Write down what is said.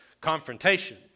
confrontation